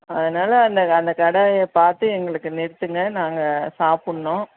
அதனால் அந்த அந்த கடையை பார்த்து எங்களுக்கு நிறுத்துங்க நாங்கள் சாப்பிடண்ணும்